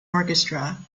orchestra